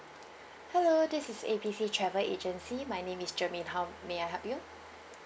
hello this is A B C travel agency my name is germaine how may I help you